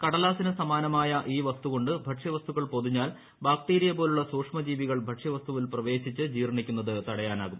കടലാസിന് സമാനമായ ഈ വസ്തു കൊണ്ട് ഭക്ഷ്യവസ്തുക്കൾ പൊതിഞ്ഞാൽ ബാക്ടീരിയ പോലുള്ള സൂക്ഷ്മജീവികൾ ഭക്ഷ്യവസ്തുവിൽ പ്രവേശിച്ച് ജീർണിക്കുന്നത് തടയാനാകും